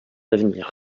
d’avenir